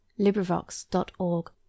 LibriVox.org